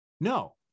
No